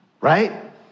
right